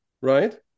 right